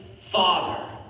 Father